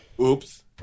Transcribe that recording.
Oops